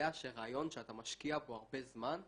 שרעיון שאתה משקיע בו הרבה זמן יצליח,